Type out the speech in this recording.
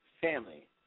family